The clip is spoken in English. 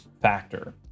factor